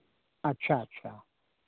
अच्छा अच्छा